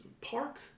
park